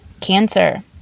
cancer